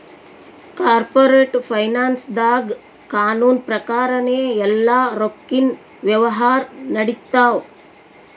corporate ಫೈನಾನ್ಸ್ದಾಗ್ ಕಾನೂನ್ ಪ್ರಕಾರನೇ ಎಲ್ಲಾ ರೊಕ್ಕಿನ್ ವ್ಯವಹಾರ್ ನಡಿತ್ತವ